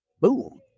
Boom